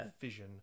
vision